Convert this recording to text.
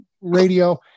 radio